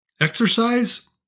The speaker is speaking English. exercise